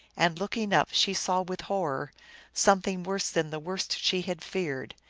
and, looking up, she saw with horror something worse than the worst she had feared.